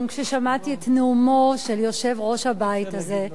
כששמעתי את נאומו של יושב-ראש הבית הזה.